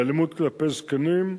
לאלימות כלפי זקנים,